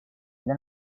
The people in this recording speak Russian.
для